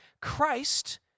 Christ